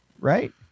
right